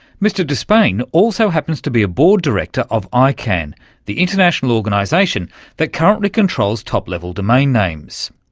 mr disspain also happens to be a board director of icann, the international organisation that currently controls top level domain names.